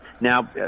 Now